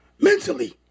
Mentally